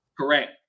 Correct